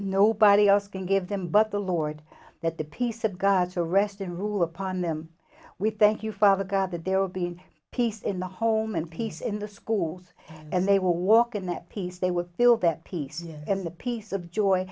nobody else can give them but the lord that the peace of god to rest in rule upon them we thank you father god that there will be peace in the home and peace in the schools and they will walk in that piece they would feel that peace in the peace of joy